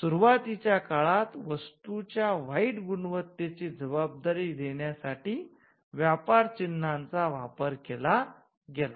सुरुवातीच्या काळात वस्तूच्या वाईट गुणवत्तेची जबाबदारी देण्यासाठी व्यापार चिन्हाचा वापर केला गेला